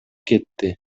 кетти